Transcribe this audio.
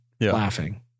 laughing